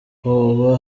hoba